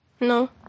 No